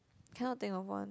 cannot think of one